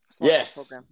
Yes